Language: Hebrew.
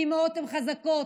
כי אימהות הן חזקות,